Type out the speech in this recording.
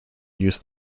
used